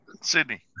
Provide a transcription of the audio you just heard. Sydney